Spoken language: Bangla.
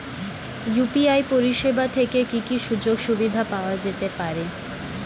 ইউ.পি.আই পরিষেবা থেকে কি কি সুযোগ সুবিধা পাওয়া যেতে পারে?